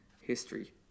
history